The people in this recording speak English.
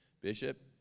Bishop